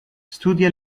studia